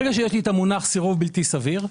ברגע שיש לי את המונח סירוב בלתי סביר,